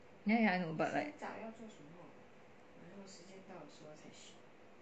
ya ya I know but like